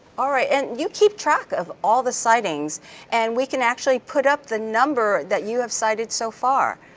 alright and you keep track of all the sightings and we can actually put up the number that you have sighted so far.